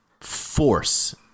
force